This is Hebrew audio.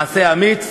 מעשה אמיץ,